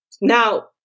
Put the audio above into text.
Now